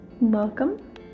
welcome